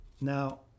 Now